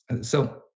So-